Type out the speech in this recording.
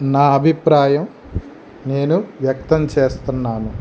నా అభిప్రాయం నేను వ్యక్తం చేస్తున్నాను